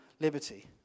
liberty